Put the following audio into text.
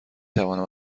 توانم